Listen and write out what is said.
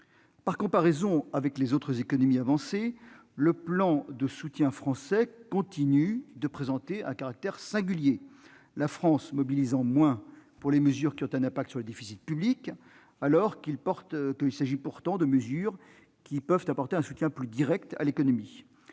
Par comparaison avec les autres économies avancées, le plan de soutien français continue de présenter un caractère singulier, la France mobilisant moins les mesures qui ont un impact sur le déficit public, alors qu'il s'agit pourtant de dispositions pouvant apporter un soutien plus direct à l'économie.